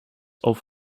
auf